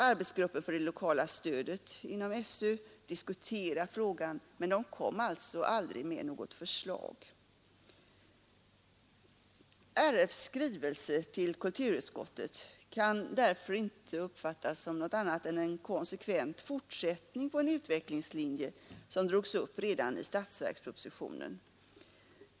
Arbetsgruppen för det lokala stödet inom skolöverstyrelsen diskuterade frågan men kom aldrig med något förslag. Riksidrottsförbundets skrivelse till kulturutskottet kan därför inte uppfattas som något annat än en konsekvent fortsättning på en utvecklingslinje som drogs upp redan i statsverkspropositionen.